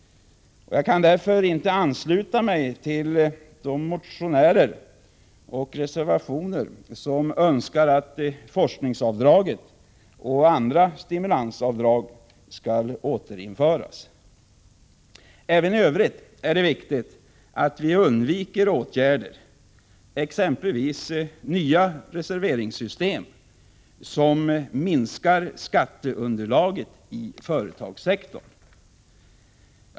Jag kan därför inte ansluta mig till de motionärer och reservanter som önskar att forskningsavdraget och andra stimulansavdrag skall återinföras. Även i övrigt är det viktigt att vi undviker åtgärder — exempelvis nya reserveringssystem — som minskar skatteunderlaget i företagssektorn.